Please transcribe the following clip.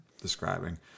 describing